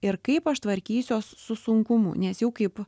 ir kaip aš tvarkysiuos su sunkumu nes jau kaip